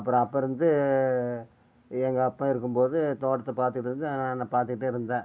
அப்புறம் அப்போ இருந்து எங்கள் அப்பன் இருக்கும் போது தோட்டத்தை பார்த்துட்டு பார்த்துட்டு இருந்தேன்